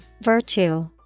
Virtue